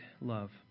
love